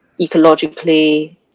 ecologically